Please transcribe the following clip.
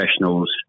professionals